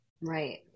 right